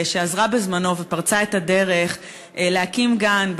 שעזרה בזמנו ופרצה את הדרך להקים גן,